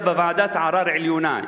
אלא בוועדת ערר עליונה.